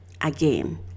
Again